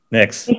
Next